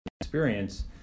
experience